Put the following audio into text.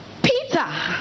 Peter